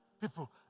people